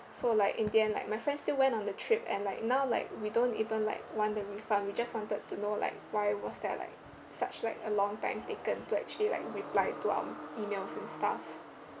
so like in the end like my friends still went on the trip and like now like we don't even like want the refund we just wanted to know like why was that like such like a long time taken to actually like reply to our email and stuff